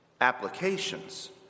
applications